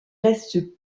reste